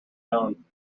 own